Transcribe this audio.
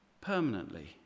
permanently